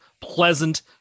pleasant